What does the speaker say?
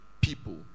people